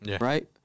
right